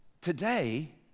Today